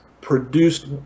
produced